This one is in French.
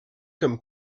comme